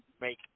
make